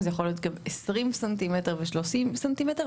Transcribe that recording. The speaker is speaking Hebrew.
זה יכול להיות גם 20 ס"מ ו-30 ס"מ.